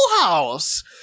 House